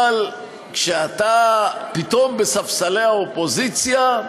אבל כשאתה בספסלי האופוזיציה,